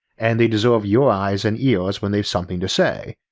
and they deserve your eyes and ears when they've something to say,